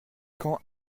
quand